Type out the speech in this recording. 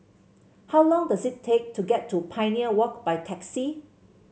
how long does it take to get to Pioneer Walk by taxi